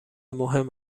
مهم